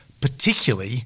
particularly